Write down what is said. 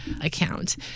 account